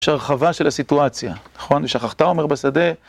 יש רחבה של הסיטואציה, נכון? ושכחת עומר בשדה.